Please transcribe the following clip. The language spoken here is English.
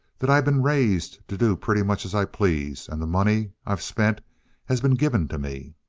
that i've been raised to do pretty much as i please and the money i've spent has been given to me.